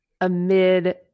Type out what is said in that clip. amid